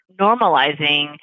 normalizing